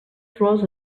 flors